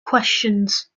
questions